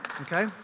okay